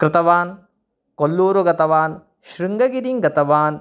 कृतवान् कोल्लूरु गतवान् शृङ्गगिरिं गतवान्